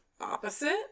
opposite